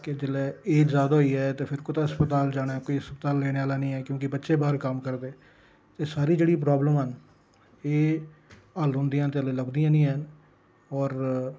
ते एज जैदा होई जा ते कुदै अस्पताल जाना कोई अस्पताल लेने आह्ला नेईं ऐ क्यूंकि बच्चे बाह्र कम्म करदे एह् सारी जेह्ड़ी प्राॅबलम न एह् रौंह्दियां न ते लभदियां निं हैन